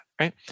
right